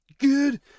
Good